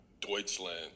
Deutschland